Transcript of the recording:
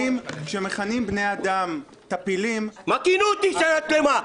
כשמכנים בני אדם טפילים --- מה כינו אותי שנה שלמה?